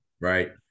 Right